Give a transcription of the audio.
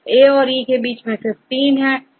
अबA सेE के बीच15 होगा